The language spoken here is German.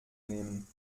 nehmen